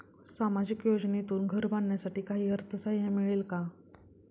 सामाजिक योजनेतून घर बांधण्यासाठी काही अर्थसहाय्य मिळेल का?